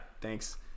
thanks